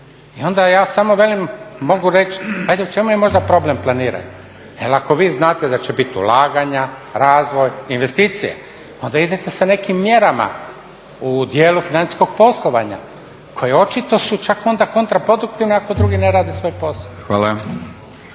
I onda ja, samo velim, mogu reći, ajde u čemu je možda problem planiranja jer ako vi znate da će biti ulaganja, razvoj, investicije, onda idete sa nekim mjerama u dijelu financijskog poslovanja koje očito su onda čak kontraproduktivne ako drugi ne rade svoj posao.